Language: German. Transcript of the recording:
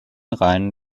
reihen